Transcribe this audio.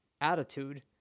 attitude